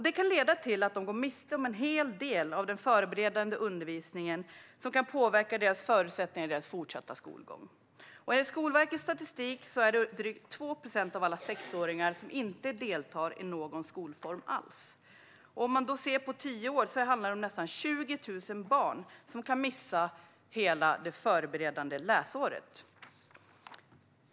Det kan leda till att de går miste om en hel del av den förberedande undervisningen, vilket kan påverka deras förutsättningar i den fortsatta skolgången. Enligt Skolverkets statistik är det drygt 2 procent av alla sexåringar som inte deltar i någon skolform alls. På tio år handlar det om nästan 20 000 som kan missa hela det förberedande läsåret.